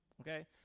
Okay